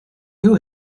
who